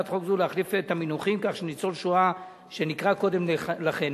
חוק זו להחליף את המינוח כך שניצול השואה שנקרא קודם לכן